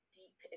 deep